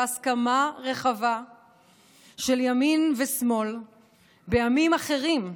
בהסכמה רחבה של ימין ושמאל בימים אחרים,